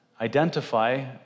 identify